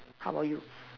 how about you